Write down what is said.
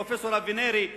פרופסור אבינרי,